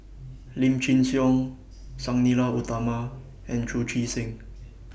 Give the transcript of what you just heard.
Lim Chin Siong Sang Nila Utama and Chu Chee Seng